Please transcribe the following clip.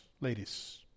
ladies